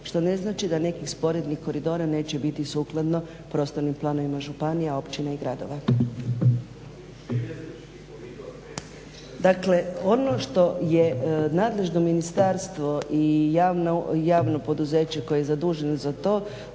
što ne znači da nekih sporednih koridora neće biti sukladno prostornim planovima županija općina i gradova. Dakle, ono što je nadležno ministarstvo i javno poduzeće koje je zaduženo za to